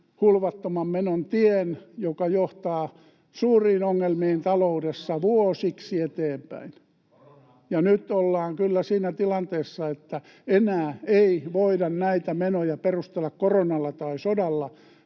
hulvattoman menon tien, joka johtaa suuriin ongelmiin taloudessa vuosiksi eteenpäin. Nyt ollaan kyllä siinä tilanteessa, että enää ei voida näitä menoja perustella koronalla tai sodalla,